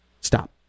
Stop